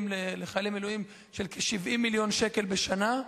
לחיילי מילואים של כ-70 מיליון שקל בשנה,